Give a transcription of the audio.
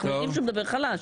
אנחנו יודעים שהוא מדבר חלש.